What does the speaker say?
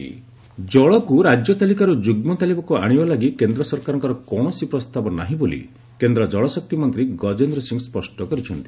RS water discussion ଜଳକୁ ରାଜ୍ୟ ତାଲିକାରୁ ଯୁଗ୍ମ ତାଲିକାକୁ ଆଶିବା ଲାଗି କେନ୍ଦ୍ର ସରକାରଙ୍କର କୌଣସି ପ୍ରସ୍ତାବ ନାହିଁ ବୋଲି କେନ୍ଦ୍ର ଜଳଶକ୍ତି ମନ୍ତ୍ରୀ ଗଜେନ୍ଦ୍ ସିଂ ସ୍ୱଷ୍ଟ କରିଛନ୍ତି